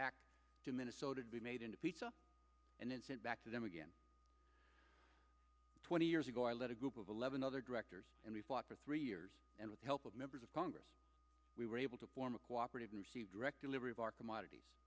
back to minnesota to be made into pizza and then sent back to them again twenty years ago i led a group of eleven other directors and we fought for three years and with the help of members of congress we were able to form a cooperative and direct delivery of our commodities